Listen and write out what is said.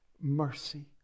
mercy